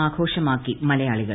ആഘോഷമാക്കി മലയാളികൾ